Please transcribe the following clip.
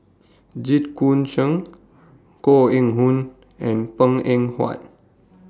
Jit Koon Ch'ng Koh Eng Hoon and Png Eng Huat